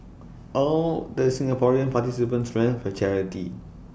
all the Singaporean participants ran for charity